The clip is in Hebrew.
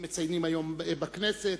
מציינים היום בכנסת,